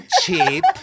cheap